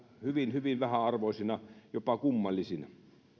hyvin hyvin vähäarvoisina jopa kummallisina